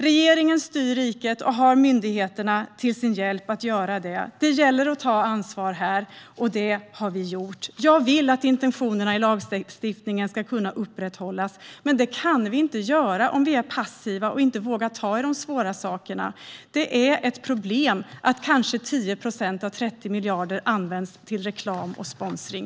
Regeringen styr riket och har myndigheterna till sin hjälp att göra det. Det gäller att ta ansvar här, och det har vi gjort. Jag vill att intentionerna i lagstiftningen ska kunna upprätthållas, men det går inte om vi är passiva och inte vågar ta i de svåra sakerna. Jag vidhåller att det är ett problem att kanske 10 procent av 30 miljarder används till reklam och sponsring.